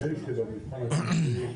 שביקשה השופטת,